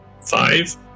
five